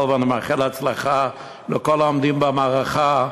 ואני מאחל הצלחה לכל העומדים במערכה,